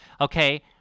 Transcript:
okay